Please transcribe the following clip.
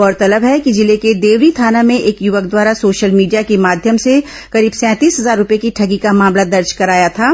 गौरतलब है कि जिले के देवरी थाना में एक युवक द्वारा सोशल मीडिया के माध्यम से करीब सैंतीस हजार रूपये की ठगी का मामला दर्ज कराया गया था